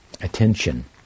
attention